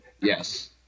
Yes